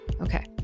Okay